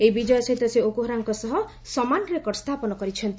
ଏହି ବିଜୟ ସହିତ ସେ ଓକୁହାରାଙ୍କ ସହ ସମାନ ରେକର୍ଡ ସ୍ଥାପନ କରିଛନ୍ତି